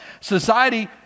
society